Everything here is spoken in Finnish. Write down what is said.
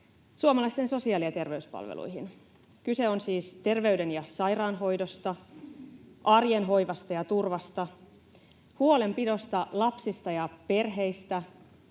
suomalaisten sosiaali- ja terveyspalveluihin. Kyse on siis terveyden- ja sairaanhoidosta, arjen hoivasta ja turvasta, huolenpidosta, lapsista ja perheistä,